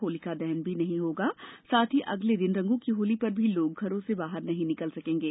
होलिका दहन भी नहीं होगा साथ ही अगले दिन रंगों की होली पर भी लोग घरों से बाहर नहीं निकल सकेंगे